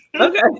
Okay